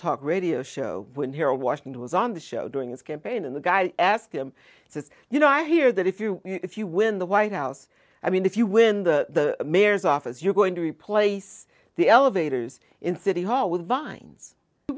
talk radio show when here washington was on the show during his campaign and the guy asked him says you know i hear that if you if you win the white house i mean if you win the mayor's office you're going to replace the elevators in city hall with vines